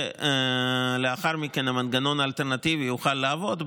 ולאחר מכן המנגנון האלטרנטיבי יוכל לעבוד,